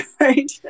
right